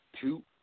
two